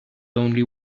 only